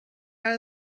out